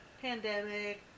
Pandemic